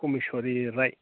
Kumiswari Rai